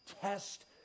test